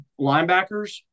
linebackers